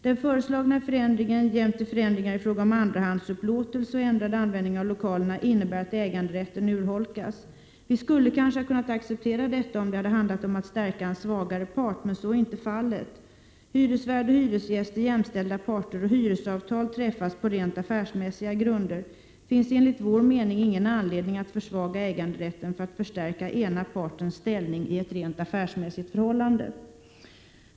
Den föreslagna förändringen jämte förändringar i fråga om andrahandsupplåtelse och ändrad användning av lokalerna innebär att äganderätten urholkas. Vi skulle kanske ha kunnat acceptera detta, om det handlat om att stärka en svagare part. Men så är inte fallet. Hyresvärd och hyresgäst är jämställda parter, och hyresavtal träffas på rent affärsmässiga grunder. Det finns enligt vår mening ingen anledning att försvaga äganderätten för att stärka ena partens ställning i ett rent affärsmässigt förhållande.